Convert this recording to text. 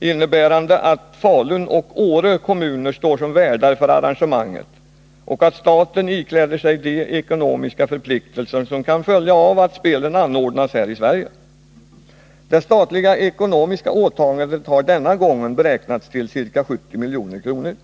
innebärande att Falun och Åre kommuner står som värdar för arrangemanget och att staten ikläder sig de ekonomiska förpliktelser som kan följa av att spelen anordnas här i Sverige. Det statliga ekonomiska åtagandet har denna gång beräknats till ca 70 milj.kr.